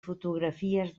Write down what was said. fotografies